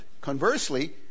conversely